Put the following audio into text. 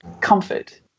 comfort